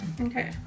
Okay